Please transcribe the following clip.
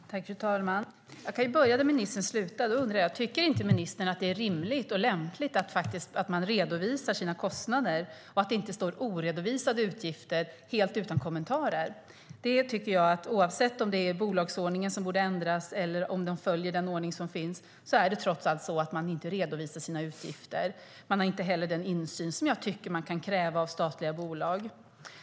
Herr talman! Jag kan börja där ministern slutade, och då undrar jag: Tycker inte ministern att det är rimligt och lämpligt att man redovisar sina kostnader och att inte oredovisade utgifter står helt utan kommentarer? Oavsett om det är bolagsordningen som borde ändras och man följer den ordning som finns är det trots allt så att man inte redovisar sina utgifter. Det finns inte heller den insyn som jag tycker kan krävas av statliga bolag.